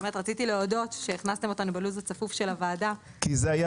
תודה רבה.